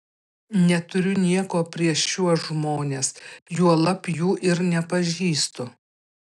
neturiu nieko prieš šiuos žmones juolab jų ir nepažįstu